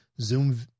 Zoom